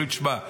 אומרים: תשמע,